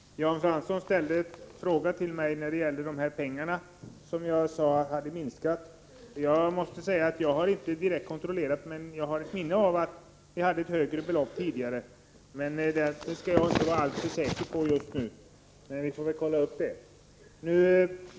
Herr talman! Jan Fransson ställde en fråga till mig om det anslag som jag sade hade minskat. Jag har inte direkt kontrollerat hur det förhåller sig, men jag har ett minne av att beloppet var högre tidigare. Jag är emellertid inte helt säker på det just nu, vi får väl kontrollera det.